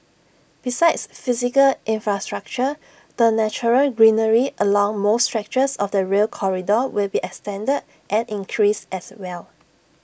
besides physical infrastructure the natural greenery along most stretches of the rail corridor will be extended and increased as well